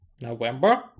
November